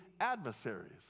adversaries